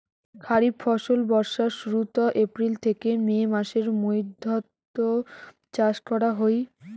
খরিফ ফসল বর্ষার শুরুত, এপ্রিল থেকে মে মাসের মৈধ্যত চাষ করা হই